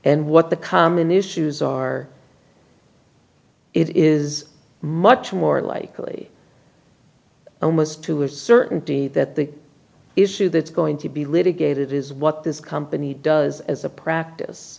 and what the common issues are it is much more likely almost to a certainty that the issue that's going to be litigated is what this company does as a practice